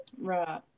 Right